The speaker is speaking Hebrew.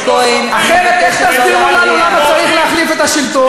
אחרת איך תסבירו לנו למה צריך להחליף את השלטון?